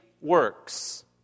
works